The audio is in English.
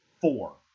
Four